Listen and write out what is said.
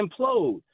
implode